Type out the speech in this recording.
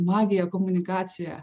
magija komunikacija